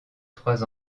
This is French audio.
trois